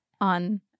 on